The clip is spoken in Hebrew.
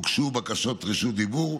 הוגשו בקשות רשות דיבור.